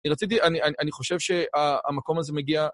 אני רציתי, אני חושב שהמקום הזה מגיע...